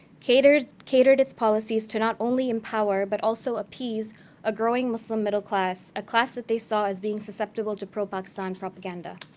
catered catered its policies to not only empower but also appease a growing muslim middle class, a class that they saw as being susceptible to pro-pakistan propaganda.